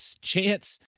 chance